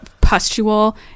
pustule